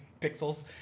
Pixels